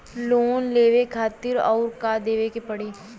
Loan लेवे खातिर अउर का देवे के पड़ी?